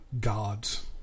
gods